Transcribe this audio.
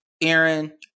Aaron